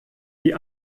die